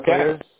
Okay